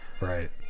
Right